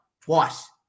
twice